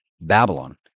Babylon